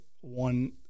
one